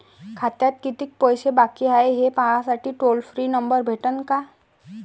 खात्यात कितीकं पैसे बाकी हाय, हे पाहासाठी टोल फ्री नंबर भेटन का?